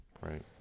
Right